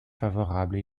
favorable